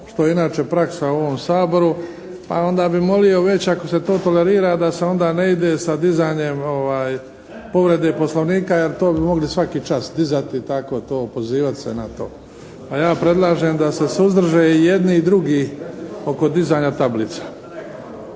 što je inače praksa u ovom Saboru, a onda bi molio već ako se to tolerira da se onda ne ide sa dizanjem povrede Poslovnika jer to bi mogli svaki čas dizati tako to i pozivati se na to. Pa ja predlažem da se suzdrže i jedni i drugi oko dizanja tablica.